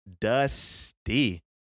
Dusty